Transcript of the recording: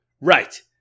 right